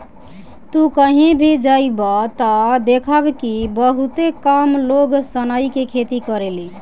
तू कही भी जइब त देखब कि बहुते कम लोग सनई के खेती करेले